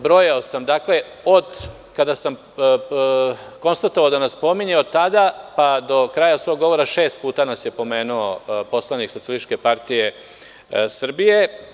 Broja sam, od kada sam konstatovao da nas spominje, od tada pa do kraja svog govora šest puta nas je pomenu poslanik Socijalističke partije Srbije.